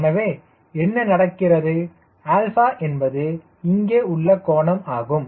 எனவே என்ன நடக்கிறது 𝛼 என்பது இங்கே உள்ள கோணம் ஆகும்